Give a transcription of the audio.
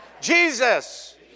Jesus